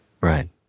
Right